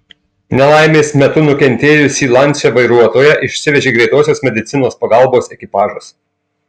nelaimės metu nukentėjusį lancia vairuotoją išsivežė greitosios medicinos pagalbos ekipažas